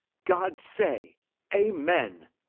god say amen!